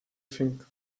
think